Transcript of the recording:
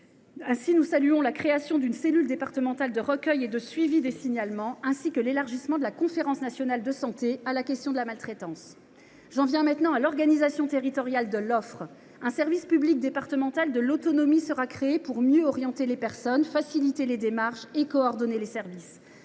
Ainsi, nous saluons la création d’une cellule départementale de recueil et de suivi des signalements, ainsi que l’élargissement de la Conférence nationale de santé (CNS) à la question de la maltraitance. J’en viens maintenant à l’organisation territoriale de l’offre. Un service public départemental de l’autonomie (SPDA) sera créé pour mieux orienter les personnes, faciliter leurs démarches et coordonner les services.